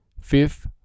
fifth